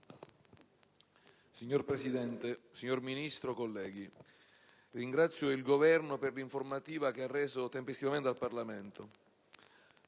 Signor Presidente, signor Ministro, colleghi, ringrazio il Governo per l'informativa che ha reso tempestivamente al Parlamento.